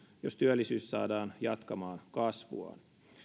jos työllisyys saadaan jatkamaan kasvuaan